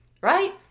right